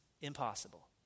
impossible